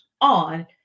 on